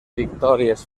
victòries